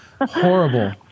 Horrible